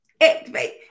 Activate